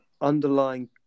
underlying